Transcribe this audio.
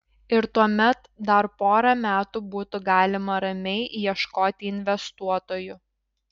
ir tuomet dar porą metų būtų galima ramiai ieškoti investuotojų